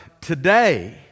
today